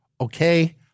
okay